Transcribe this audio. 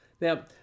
Now